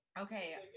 Okay